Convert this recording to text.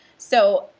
so,